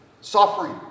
Suffering